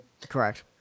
Correct